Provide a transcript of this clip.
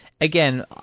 Again